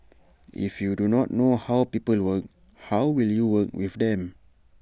if you do not know how people work how will you work with them